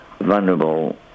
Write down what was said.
vulnerable